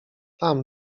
tam